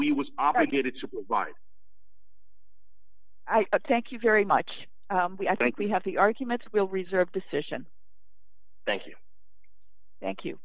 we was obligated to provide a thank you very much i think we have the arguments will reserve decision thank you thank you